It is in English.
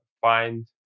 find